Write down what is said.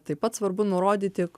taip pat svarbu nurodyti